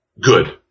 good